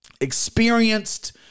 experienced